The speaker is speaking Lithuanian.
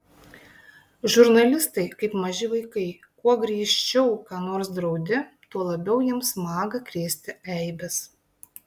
žurnalistai kaip maži vaikai kuo griežčiau ką nors draudi tuo labiau jiems maga krėsti eibes